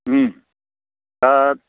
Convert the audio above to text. दा